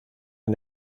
han